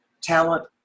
talent